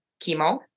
chemo